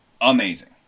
Amazing